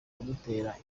kudutera